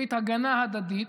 ברית הגנה הדדית,